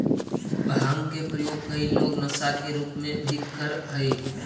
भाँग के प्रयोग कई लोग नशा के रूप में भी करऽ हई